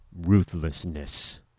ruthlessness